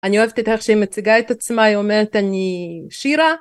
אני אוהבת את איך שהיא מציגה את עצמה, היא אומרת: "אני שירה"...